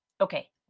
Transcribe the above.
Okay